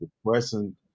depressing